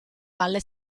valle